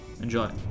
Enjoy